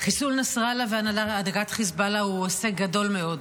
חיסול נסראללה והנהגת חיזבאללה הוא הישג גדול מאוד.